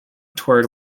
toward